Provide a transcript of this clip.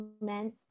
men